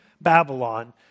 Babylon